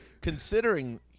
considering